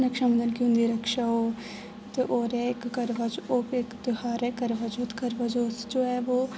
रक्षाबंधन केह् होंदी रक्षा ओ ते होर इक करवाचौथ होर बी इक त्यौहार ऐ करवाचौथ करवाचौथ जो एह् बो